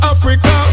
Africa